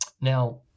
Now